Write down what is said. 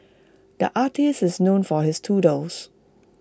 the artist is known for his doodles